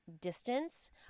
distance